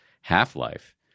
half-life